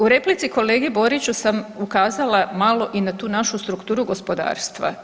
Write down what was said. U replici kolegi Boriću sam ukazala malo i na tu našu strukturu gospodarstva.